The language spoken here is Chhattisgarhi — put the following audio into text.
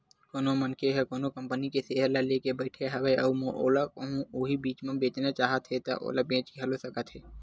कोनो मनखे ह कोनो कंपनी के सेयर ल लेके बइठे हवय अउ ओला कहूँ ओहा बीच म बेचना चाहत हे ता ओला बेच घलो सकत हे